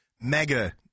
mega